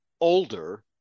older